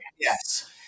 Yes